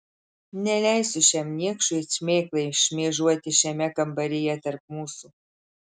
neleisiu šiam niekšui it šmėklai šmėžuoti šiame kambaryje tarp mūsų